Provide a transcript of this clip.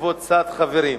קבוצת חברים.